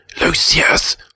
Lucius